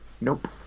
Nope